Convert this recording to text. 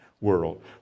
world